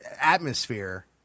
atmosphere